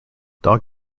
dog